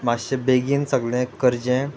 मातशें बेगीन सगलें करचें